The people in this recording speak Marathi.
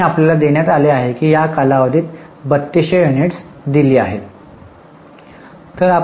आणि आपल्याला देण्यात आले आहे की या कालावधीत 3200 युनिट दिली आहेत